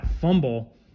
fumble